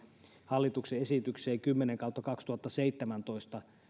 hallituksen esitykseen kymmenen kautta kaksituhattaseitsemäntoista